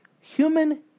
Human